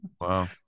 wow